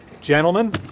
Gentlemen